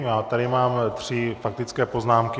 Mám tady tři faktické poznámky.